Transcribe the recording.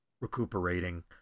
recuperating